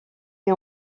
est